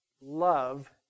love